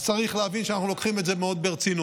אז צריך להבין שאנחנו לוקחים את זה מאוד ברצינות.